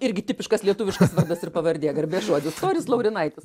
irgi tipiškas lietuviškas vardas ir pavardė garbės žodis toris laurinaitis